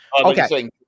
okay